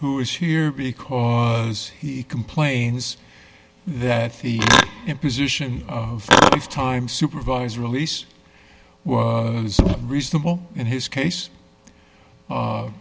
who is here because he complains that the imposition of time supervised release reasonable in his case